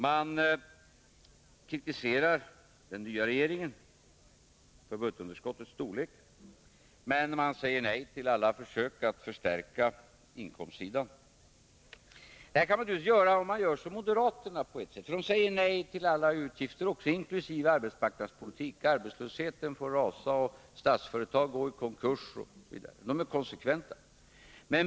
Man kritiserar den nya regeringen för budgetunderskottets storlek, men säger nej till alla försök att förstärka inkomstsidan. Det kan man givetvis göra, om man följer moderaternas exempel. De säger nämligen nej också till alla utgifter, inkl. utgifterna för arbetsmarknadspolitiken. Arbetslösheten får rasa, Statsföretag gå i konkurs osv. De är konsekventa.